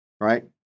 right